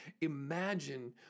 imagine